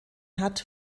hat